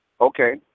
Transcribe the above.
Okay